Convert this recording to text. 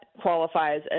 qualifies